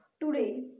today